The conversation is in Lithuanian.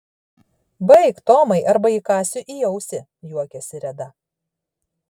baik tomai arba įkąsiu į ausį juokėsi reda